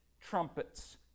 trumpets